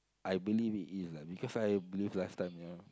I believe it is lah because I believe last time you know